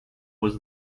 was